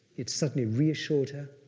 it suddenly reassured her,